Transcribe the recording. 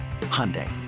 Hyundai